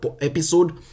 episode